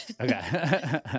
Okay